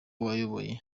wayoboye